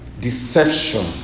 deception